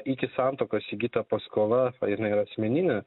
iki santuokos įgyta paskola jinai yra asmeninė